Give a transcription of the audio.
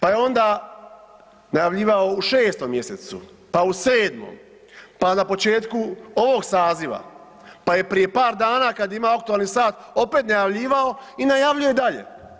Pa je onda najavljivao u 6 mj., pa u 7., pa na početku ovog saziva, pa je prije par dana kad je imao aktualni sat, opet najavljivao i najavljuje i dalje.